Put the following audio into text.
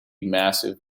massive